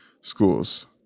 schools